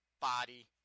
body